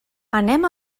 anem